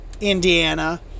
Indiana